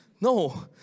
No